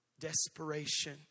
desperation